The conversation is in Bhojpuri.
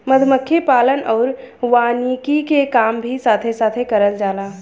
मधुमक्खी पालन आउर वानिकी के काम भी साथे साथे करल जाला